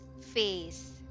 Face